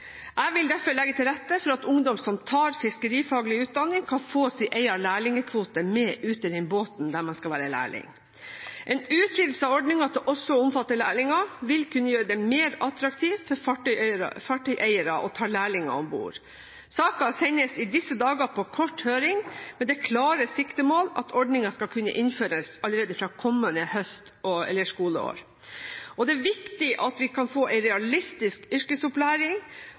Jeg vil derfor legge til rette for at ungdom som tar fiskerifaglig utdanning, kan få sin egen lærlingekvote med ut i den båten der man skal være lærling. En utvidelse av ordningen til også å omfatte lærlinger, vil kunne gjøre det mer attraktivt for fartøyeiere å ta lærlinger om bord. Saken sendes i disse dager på kort høring, med det klare siktemål at ordningen skal kunne innføres allerede fra kommende skoleår. Det er viktig at vi kan få en realistisk yrkesopplæring,